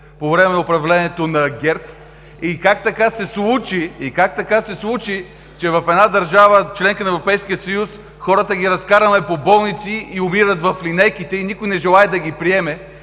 по време на управлението на ГЕРБ! Как така се случи, че в една държава-членка на Европейския съюз, хората ги разкарваме по болници, умират в линейките и никой не желае да ги приеме?!